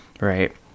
right